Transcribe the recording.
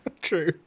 True